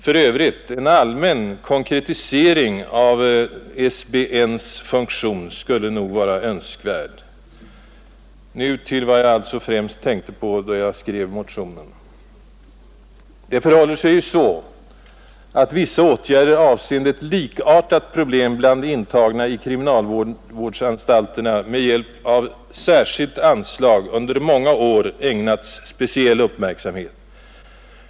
För övrigt skulle nog en allmän konkretisering av SBN :s funktion vara önskvärd. Nu till vad jag alltså främst tänkte på då jag skrev motionen. Det förhåller sig ju så att vissa åtgärder avseende ett likartat problem bland intagna i kriminalvårdsanstalterna med hjälp av särskilt anslag under många år ägnats speciell uppmärksamhet.